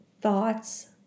thoughts